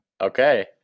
Okay